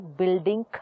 building